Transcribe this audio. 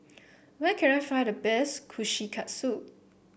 where can I find the best Kushikatsu